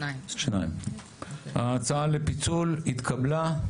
מיעוט ההצעה לפיצול התקבלה.